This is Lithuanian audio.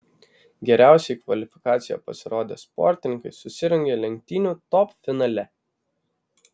geriausiai kvalifikacijoje pasirodę sportininkai susirungė lenktynių top finale